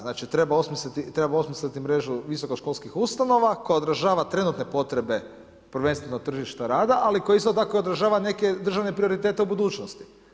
Znači trebamo osmisliti mrežu visokoškolskih ustanova koja odražava trenutne potrebne prvenstveno tržišta rada, ali isto tako koja održava neke državne prioritete u budućnosti.